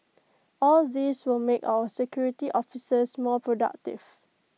all these will make our security officers more productive